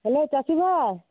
hello ᱪᱟᱹᱥᱤ ᱵᱷᱟᱭ